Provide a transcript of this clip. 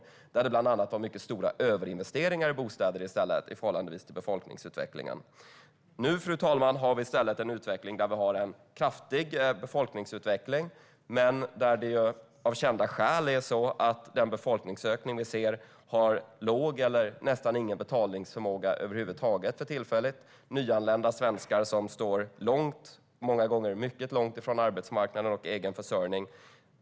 Bland annat var det i stället mycket stora överinvesteringar i bostäder i förhållande till befolkningsutvecklingen. Nu, fru talman, har vi i stället en kraftig befolkningsutveckling. Men av kända skäl har den ökade befolkningen låg eller nästan ingen betalningsförmåga över huvud taget för tillfället. Vi har nyanlända svenskar som står långt, många gånger mycket långt, från arbetsmarknaden och egen försörjning.